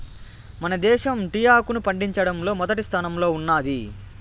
మన దేశం టీ ఆకును పండించడంలో మొదటి స్థానంలో ఉన్నాది